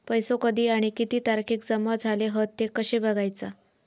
पैसो कधी आणि किती तारखेक जमा झाले हत ते कशे बगायचा?